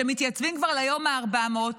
שמתייצבים כבר ליום ה-400,